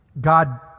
God